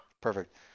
perfect